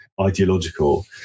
ideological